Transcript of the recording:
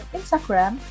Instagram